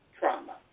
trauma